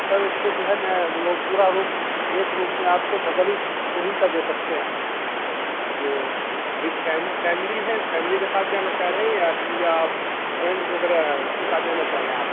سر اس میں جو ہے میں وہ پورا روم ایک روم میں آپ کو ڈبل ہی دو ہی کا دے سکتے ہیں آپ کو جو وتھ فیملی ہے فیملی کے ساتھ جانا چاہ رہے ہیں یا یا فرینڈ وغیرہ ہیں اس کے ساتھ جانا چاہ رہے ہیں آپ